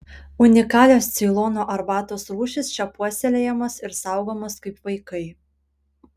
unikalios ceilono arbatos rūšys čia puoselėjamos ir saugomos kaip vaikai